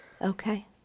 Okay